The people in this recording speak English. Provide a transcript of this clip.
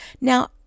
Now